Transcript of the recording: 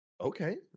Okay